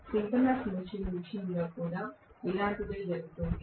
synchronous machine విషయంలో కూడా ఇలాంటిదే జరుగుతుంది